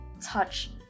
touch